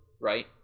right